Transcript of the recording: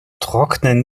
trocknen